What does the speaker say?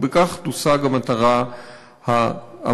ובכך תושג המטרה האמורה.